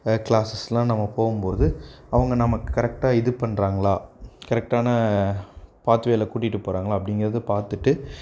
க்ளாஸஸ்லாம் நம்ம போகும் போது அவங்க நமக்கு கரெக்டா இது பண்ணுறாங்களா கரெக்டான பாத்வேல கூட்டிகிட்டு போகிறாங்களா அப்படிங்கிறது பார்த்துட்டு